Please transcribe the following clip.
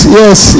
yes